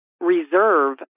reserve